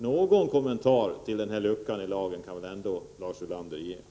Någon kommentar om denna lucka i lagen kan väl Lars Ulander ändå ge!